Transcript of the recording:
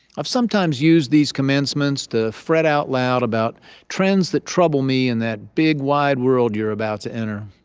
i've sometimes used these commencements to fret out loud about trends that trouble me in that big, wide world you're about to enter.